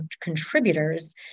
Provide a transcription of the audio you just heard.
contributors